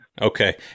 Okay